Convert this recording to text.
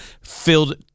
filled